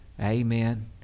Amen